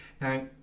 Now